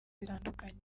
zitandukanye